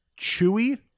chewy